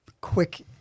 quick